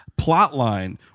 Plotline